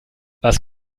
was